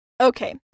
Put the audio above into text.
Okay